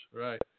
Right